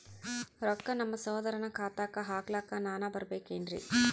ರೊಕ್ಕ ನಮ್ಮಸಹೋದರನ ಖಾತಾಕ್ಕ ಹಾಕ್ಲಕ ನಾನಾ ಬರಬೇಕೆನ್ರೀ?